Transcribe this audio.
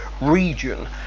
region